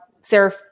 Sarah